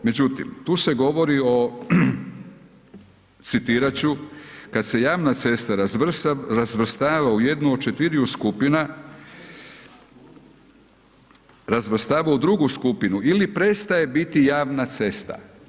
Međutim, tu se govori citirat ću „Kada se javna cesta razvrstava u jednu od četiriju skupina razvrstava u drugu skupinu ili prestaje biti javna cesta“